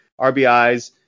RBIs